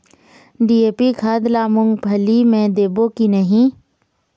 DAP खाद ला मुंगफली मे देबो की नहीं?